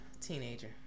teenager